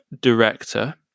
director